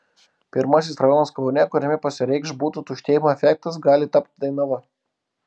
pirmasis rajonas kaune kuriame pasireikš butų tuštėjimo efektas gali tapti dainava